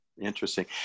Interesting